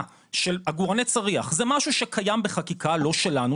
של עגורני צריח זה משהו שקיים בחקיקה לא שלנו,